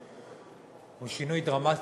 הוא שינוי דרמטי,